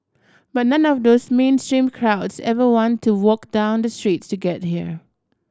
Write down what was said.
but none of those mainstream crowds ever want to walk down the street to get here